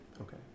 okay